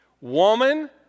Woman